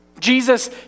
Jesus